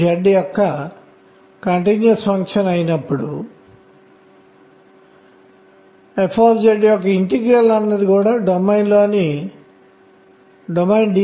కాబట్టి ఇది క్వాంటం నిబంధనలను ఇచ్చింది 3 క్వాంటం సంఖ్యలను ఇచ్చింది